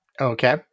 Okay